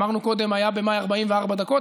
אמרנו קודם: היה במאי 44 דקות,